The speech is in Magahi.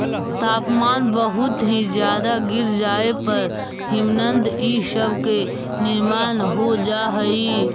तापमान बहुत ही ज्यादा गिर जाए पर हिमनद इ सब के निर्माण हो जा हई